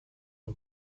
und